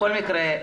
בכל מקרה,